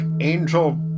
Angel